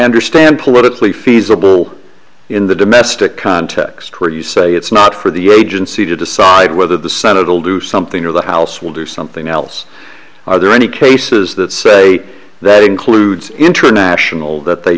understand politically feasible in the domestic context where you say it's not for the agency to decide whether the senate will do something or the house will do something else are there any cases that say that includes international that they